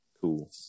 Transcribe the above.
Cool